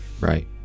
right